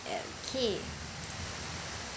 okay